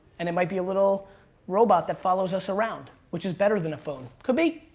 and it night be a little robot that follows us around. which is better than a phone could be.